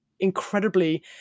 incredibly